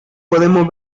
podemos